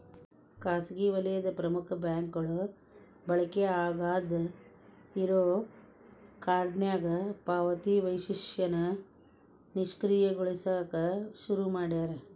ಖಾಸಗಿ ವಲಯದ ಪ್ರಮುಖ ಬ್ಯಾಂಕ್ಗಳು ಬಳಕೆ ಆಗಾದ್ ಇರೋ ಕಾರ್ಡ್ನ್ಯಾಗ ಪಾವತಿ ವೈಶಿಷ್ಟ್ಯನ ನಿಷ್ಕ್ರಿಯಗೊಳಸಕ ಶುರು ಮಾಡ್ಯಾರ